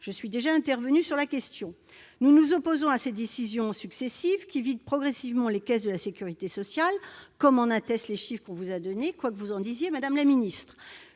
je suis déjà intervenue sur la question. Nous nous opposons à ces décisions successives qui vident progressivement les caisses de la sécurité sociale, comme en attestent les chiffres que nous vous avons fournis, quoi que vous en disiez, madame la secrétaire